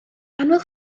annwyl